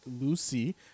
Lucy